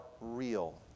real